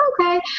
okay